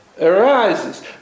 arises